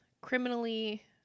criminally-